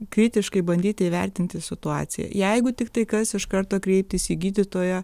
kritiškai bandyti įvertinti situaciją jeigu tiktai kas iš karto kreiptis į gydytoją